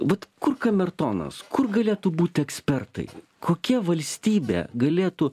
vat kur kamertonas kur galėtų būti ekspertai kokia valstybė galėtų